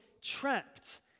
trapped